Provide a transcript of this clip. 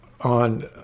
on